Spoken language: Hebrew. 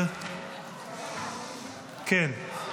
מיכל שיר סגמן,